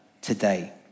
today